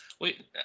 Wait